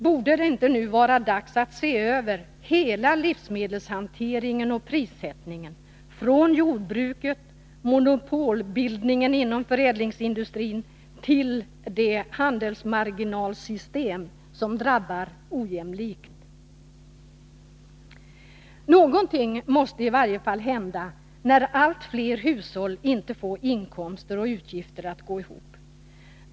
Borde det inte vara dags att nu se över hela livsmedelshanteringen och prissättningen, alltifrån jordbruket och monopolbildningen inom förädlingsindustrin till det handelsmarginalsystem som drabbar ojämlikt? Någonting måste i varje fall hända, när allt fler hushåll inte får inkomster och utgifter att gå ihop.